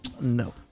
No